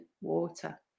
water